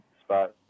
spot